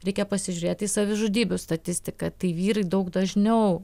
reikia pasižiūrėt į savižudybių statistiką tai vyrai daug dažniau